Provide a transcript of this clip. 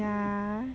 yeah